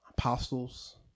Apostles